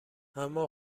اما